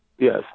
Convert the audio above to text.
Yes